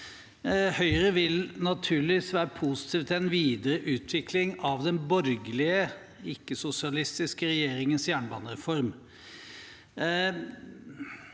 Høyre vil naturligvis være positiv til en videreutvikling av den borgerlige, ikke-sosialistiske, regjeringens jernbanereform.